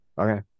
Okay